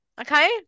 okay